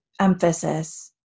emphasis